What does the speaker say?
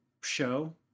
show